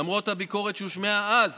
למרות הביקורת שהושמעה אז